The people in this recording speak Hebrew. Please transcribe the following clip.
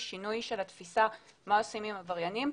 של התפיסה מה עושים עם עבריינים.